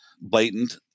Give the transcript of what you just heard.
blatant